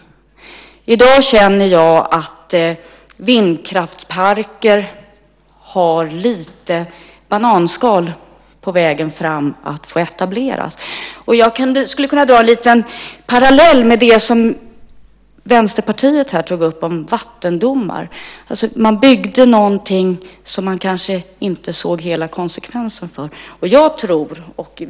I dag känner jag att vindkraftsparker har lite hjälp av bananskal på vägen fram att få etableras. Jag skulle kunna dra en parallell med det som Vänsterpartiet tog upp här om vattendomar. Man byggde någonting som man kanske inte såg hela konsekvensen av.